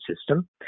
system